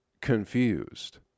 confused